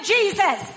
Jesus